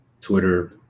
twitter